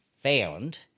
found